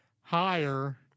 Higher